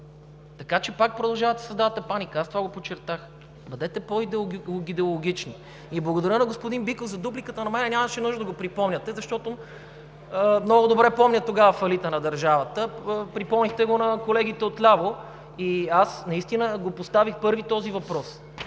Така че пак продължавате да създавате паника. Аз това го подчертах. Бъдете по-идеологични. Благодаря на господин Биков за дупликата, но май нямаше нужда да го припомняте, защото много добре помня тогава фалита на държавата. Припомнихте го на колегите отляво. Аз наистина поставих първи този въпрос